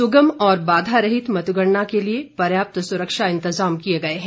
सुगम और बाधा रहित मतगणना के लिए पर्याप्त सुरक्षा इंतजाम किए गए हैं